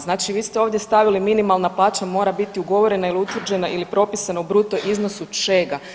Znači vi ste ovdje stavili minimalna plaća mora biti ugovorena ili utvrđena ili propisana u bruto iznosu čega?